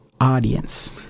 audience